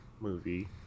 movie